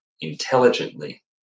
intelligently